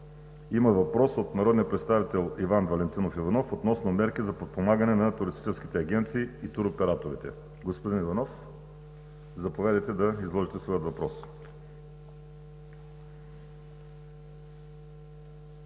има въпрос от народния представител Иван Валентинов Иванов относно мерките за подпомагане на туристическите агенции и туроператорите. Господин Иванов, заповядайте да изложите своя въпрос.